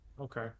okay